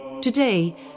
Today